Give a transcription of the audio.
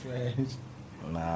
Nah